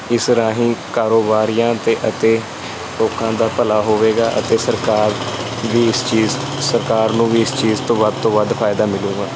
ਇਸ ਰਾਹੀਂ ਕਾਰੋਬਾਰੀਆਂ ਅਤੇ ਅਤੇ ਲੋਕਾਂ ਦਾ ਭਲਾ ਹੋਵੇਗਾ ਅਤੇ ਸਰਕਾਰ ਵੀ ਇਸ ਚੀਜ਼ ਸਰਕਾਰ ਨੂੰ ਵੀ ਇਸ ਚੀਜ਼ ਤੋਂ ਵੱਧ ਤੋਂ ਵੱਧ ਫਾਇਦਾ ਮਿਲੇਗਾ